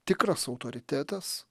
tikras autoritetas